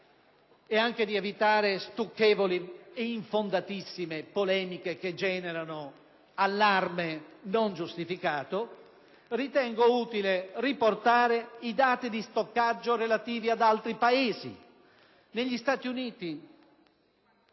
ed anche per evitare stucchevoli e infondatissime polemiche che generano allarme non giustificato, ritengo utile riportare i dati di stoccaggio relativi ad altri Paesi: negli Stati Uniti